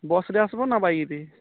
ବସ୍ରେ ଆସବା ନା ବାଇକ୍ରେ